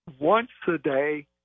once-a-day